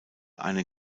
einen